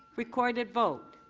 recorded vote.